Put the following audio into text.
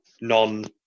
non